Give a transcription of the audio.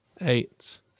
eight